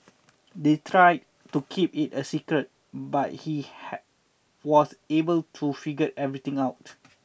they tried to keep it a secret but he had was able to figure everything out